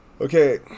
Okay